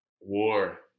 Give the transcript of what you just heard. War